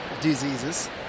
diseases